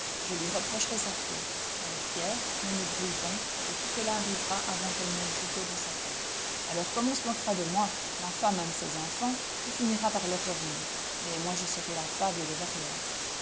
je lui reprocherai sa faute elle est fière nous nous brouillerons et tout cela arrivera avant qu'elle n'ait hérité de sa tante alors comme on se moquera de moi ma femme aime ses enfants tout finira par leur revenir mais moi je serai la fable de verrières